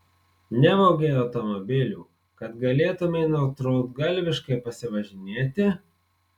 nevogei automobilių kad galėtumei nutrūktgalviškai pasivažinėti